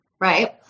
Right